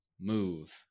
move